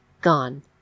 gone